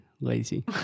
lazy